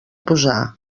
posar